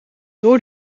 door